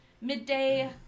midday